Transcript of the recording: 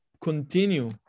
continue